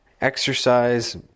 exercise